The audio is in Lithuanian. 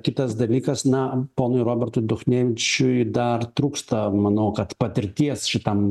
kitas dalykas na ponui robertui duchnevičiui dar trūksta manau kad patirties šitam